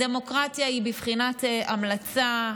הדמוקרטיה היא בבחינת המלצה,